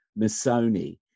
Missoni